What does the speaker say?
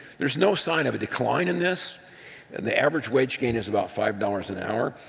there's no sign of a decline in this and the average wage gain is about five dollars an hour.